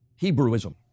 Hebrewism